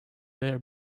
there